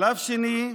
שלב שני,